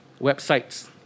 websites